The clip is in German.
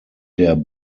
der